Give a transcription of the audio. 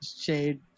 Shade